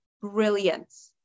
brilliance